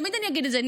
תמיד אגיד את זה,